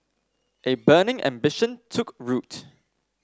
a burning ambition took root